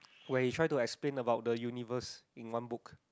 where he tried to explain about the universe in one book